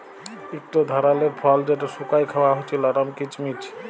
ইকট ধারালের ফল যেট শুকাঁয় খাউয়া হছে লরম কিচমিচ